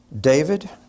David